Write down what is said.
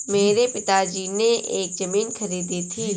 मेरे पिताजी ने एक जमीन खरीदी थी